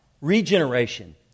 Regeneration